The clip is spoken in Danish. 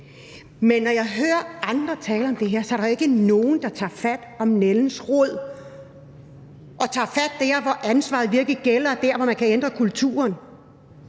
Men når jeg hører andre tale om det her, er der jo ikke nogen, der tager fat om nældens rod og tager fat der, hvor ansvaret virkelig er, der, hvor man kan ændre kulturen.